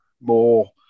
more